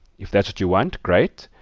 if that is what you want, great,